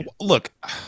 look